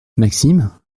maxime